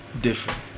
different